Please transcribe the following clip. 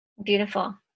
beautiful